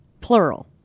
plural